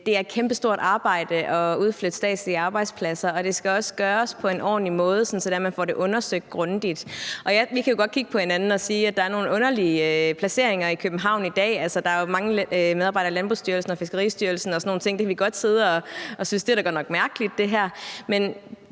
er et kæmpestort arbejde at udflytte statslige arbejdspladser, og det skal også gøres på en ordentlig måde, sådan at man får det undersøgt grundigt. Vi kan jo godt kigge på hinanden og sige, at der er nogle underlige placeringer i København i dag. Der er mange medarbejdere i Landbrugsstyrelsen og Fiskeristyrelsen og sådan nogle ting, og det kan vi godt sidde og synes godt nok er mærkeligt. Men